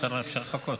אפשר לחכות.